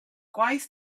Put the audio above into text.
gwaith